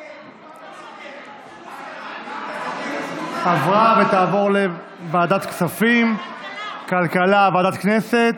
עוסק זעיר, התשפ"ב 2021, לוועדה שתקבע ועדת הכנסת